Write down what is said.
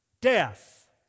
death